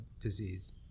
disease